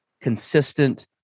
consistent